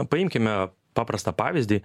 paimkime paprastą pavyzdį